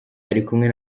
arikumwe